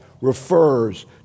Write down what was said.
refers